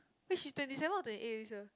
eh she's twenty seven or twenty eight this year